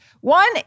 One